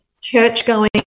church-going